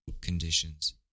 conditions